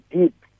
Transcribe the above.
deep